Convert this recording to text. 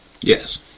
Yes